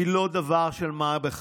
היא לא דבר של מה בכך.